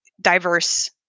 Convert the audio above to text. diverse